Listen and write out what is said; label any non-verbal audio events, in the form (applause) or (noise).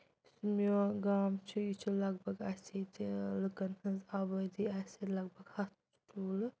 میون گام چھُ یہِ چھُ لَگ بَگ آسہِ ییٚتہِ لُکَن ہٕنٛز آبٲدی اَسہِ لگ بگ ہَتھ (unintelligible)